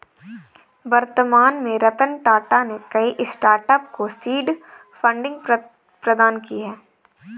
वर्तमान में रतन टाटा ने कई स्टार्टअप को सीड फंडिंग प्रदान की है